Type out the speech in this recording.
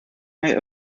might